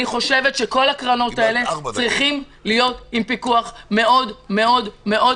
אני חושבת שכל הקרנות האלה צריכים להיות עם פיקוח מאוד הדוק.